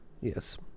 Yes